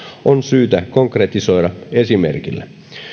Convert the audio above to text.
on syytä konkretisoida esimerkillä